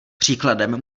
příkladem